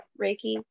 Reiki